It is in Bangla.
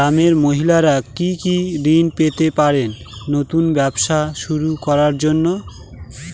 গ্রামের মহিলারা কি কি ঋণ পেতে পারেন নতুন ব্যবসা শুরু করার জন্য?